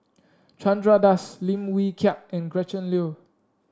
Chandra Das Lim Wee Kiak and Gretchen Liu